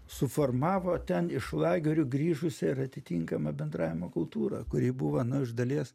suformavo ten iš lagerių grįžusią ir atitinkamą bendravimo kultūrą kuri buvo nu iš dalies